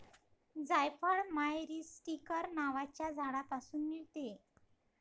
जायफळ मायरीस्टीकर नावाच्या झाडापासून मिळते